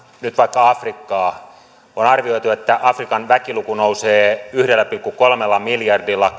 nyt vaikka afrikkaa on arvioitu että afrikan väkiluku nousee yhdellä pilkku kolmella miljardilla